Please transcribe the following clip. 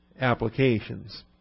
applications